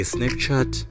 Snapchat